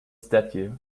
statue